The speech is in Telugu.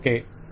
ఒకే